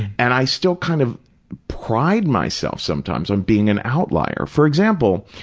and i still kind of pride myself sometimes on being an outlier. for example,